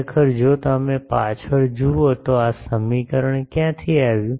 ખરેખર જો તમે પાછળ જુઓ તો આ સમીકરણ ક્યાંથી આવ્યું